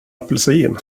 apelsin